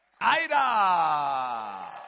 Ida